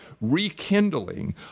rekindling